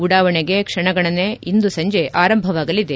ಉಡಾವಣೆಗೆ ಕ್ಷಣಗಣನೆ ಇಂದು ಸಂಜೆ ಆರಂಭವಾಗಲಿದೆ